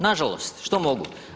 Nažalost, što mogu.